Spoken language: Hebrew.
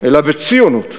אלא בציונות.